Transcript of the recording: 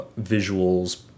visuals